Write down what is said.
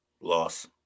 Loss